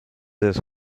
his